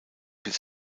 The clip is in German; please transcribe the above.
bis